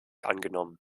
angenommen